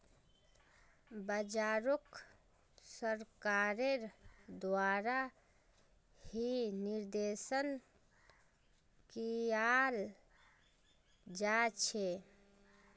बाजारोक सरकारेर द्वारा ही निर्देशन कियाल जा छे